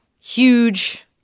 huge